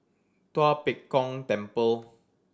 Tua Pek Kong Temple